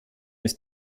ist